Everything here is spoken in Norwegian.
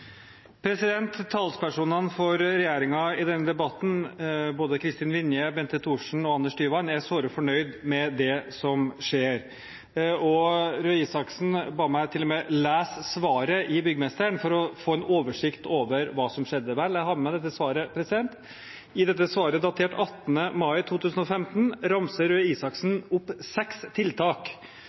Talspersonene for regjeringen i denne debatten, både Kristin Vinje, Bente Thorsen og Anders Tyvand, er såre fornøyd med det som skjer. Røe Isaksen ba meg til og med lese svaret i bladet Byggmesteren for å få en oversikt over hva som skjedde. Vel, jeg har med meg dette svaret. I dette svaret datert 18. mai 2015 ramser Røe Isaksen opp seks tiltak